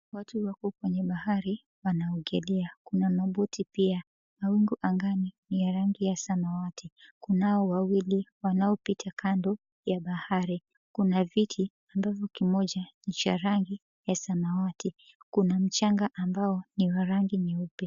Watu wako kwenye bahari wanaogelea, kuna maboti pia, mawingu angani ni ya rangi ya samawati, kunao wawili wanaopita kando ya bahari, kuna viti ambavyo kimoja ni cha rangi ya samawati, kuna mchanga ambao ni wa rangi nyeupe.